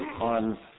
on